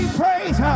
praise